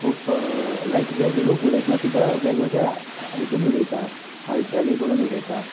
खूब लायक वेग लोक उलयतना सुद्दां वेग वेगळ्या हितून उलयता हालचाली करून उलयता